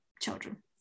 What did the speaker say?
children